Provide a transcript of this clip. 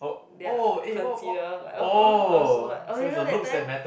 their consider like oh oh orh so like orh you know that time